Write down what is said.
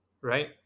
right